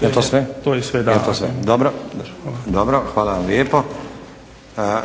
Jel' to sve?/… To je sve. Da. **Stazić, Nenad (SDP)** Dobro. Hvala vam lijepo.